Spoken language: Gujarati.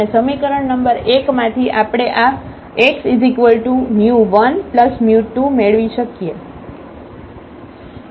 અને સમીકરણ નંબર 1 માંથી આપણે આ x12મેળવી શકીએ